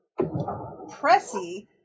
Pressy